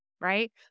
right